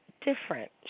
different